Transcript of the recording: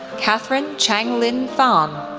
katherine changlin fan,